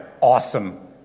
awesome